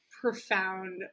profound